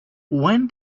when